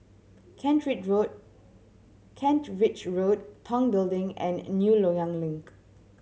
Kent Road Kent Ridge Road Tong Building and New Loyang Link